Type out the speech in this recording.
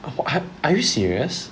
what are you serious